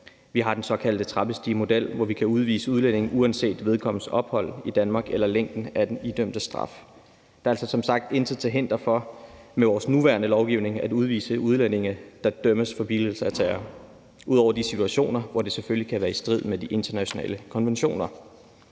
Vi har den såkaldte trappestigemodel, hvor vi kan udvise udlændinge uanset vedkommendes ophold i Danmark eller længden af den idømte straf. Der er altså som sagt intet til hinder for med vores nuværende lovgivning at udvise udlændinge, der dømmes for billigelse af terror, ud over de situationer, hvor det selvfølgelig kan være i strid med de internationale konventioner.